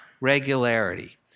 regularity